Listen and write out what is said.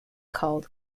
called